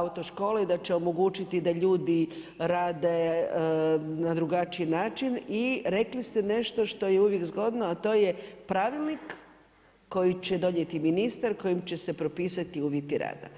autoškole i da će omogućiti da ljudi rade na drugačiji način i rekli ste nešto što je uvijek zgodno, a to je pravilnik koji će donijeti ministar kojim će se propati uvjeti rada.